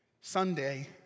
Sunday